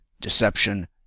deception